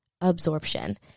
absorption